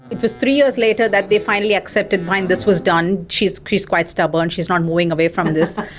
it was three years later that they finally accepted, fine, this was done, she is quite stubborn, she is not going away from this.